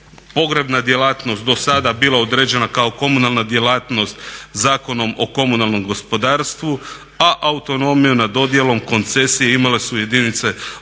pogrebna djelatnost dosada bila određena kao komunalna djelatnost Zakonom o komunalnom gospodarstvu a autonomiju nad dodjelom koncesije imale su jedinice lokalne